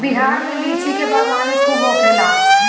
बिहार में लीची के बागवानी खूब होखेला